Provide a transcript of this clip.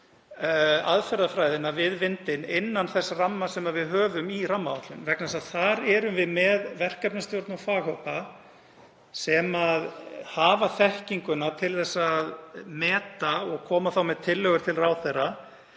þróum aðferðafræðina við vindinn innan þess ramma sem við höfum í rammaáætlun vegna þess að þar erum við með verkefnisstjórn og faghópa sem hafa þekkingu til að meta og koma með tillögur til ráðherra